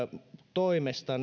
toimesta